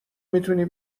میتونی